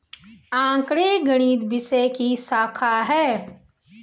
आंकड़े गणित विषय की शाखा हैं